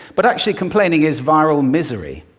but actually, complaining is viral misery.